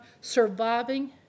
surviving